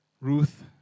Ruth